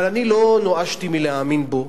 אבל אני לא נואשתי מלהאמין בו.